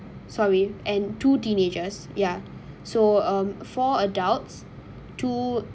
sorry and two teenagers ya so um four adults two